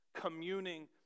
communing